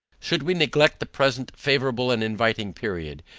should we neglect the present favorable and inviting period,